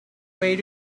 way